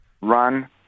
run